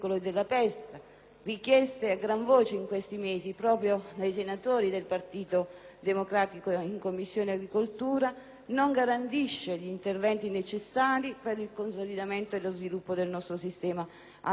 richieste a gran voce in questi mesi proprio dai senatori del Partito Democratico in Commissione agricoltura, non garantisce gli interventi necessari per il consolidamento e lo sviluppo del nostro sistema agroalimentare.